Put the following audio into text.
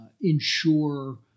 ensure